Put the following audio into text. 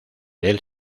del